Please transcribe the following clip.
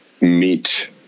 meet